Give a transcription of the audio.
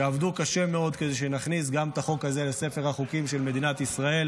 שעבדו קשה מאוד כדי שנכניס גם את החוק הזה לספר החוקים של מדינת ישראל.